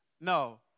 No